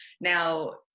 Now